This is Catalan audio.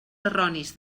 erronis